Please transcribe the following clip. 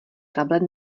tablet